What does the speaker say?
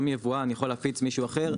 גם יבואן יכול להפיץ מישהו אחר,